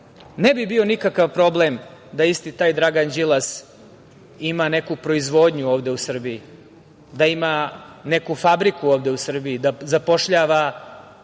bi bio nikakav problem da isti taj Dragan Đilas ima neku proizvodnju ovde u Srbiji, da ima neku fabriku ovde u Srbiji, da zapošljava